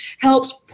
helps